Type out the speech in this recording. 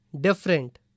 different